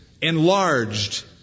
enlarged